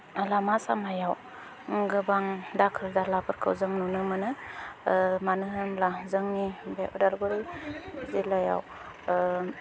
लामा सामायाव गोबां दाखोर दालाफोरखौ जों नुनो मोनो मानो होनोब्ला जोंनि बे उदालगुरि जिल्लायाव